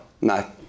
No